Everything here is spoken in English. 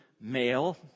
male